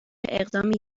اقدامی